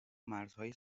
مرزهای